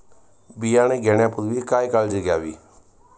बियाणे घेण्यापूर्वी काय काळजी घ्यावी?